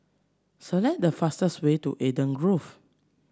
select the fastest way to Eden Grove